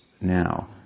now